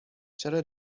چرا